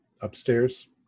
Upstairs